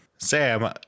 Sam